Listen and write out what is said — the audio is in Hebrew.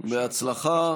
בהצלחה.